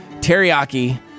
teriyaki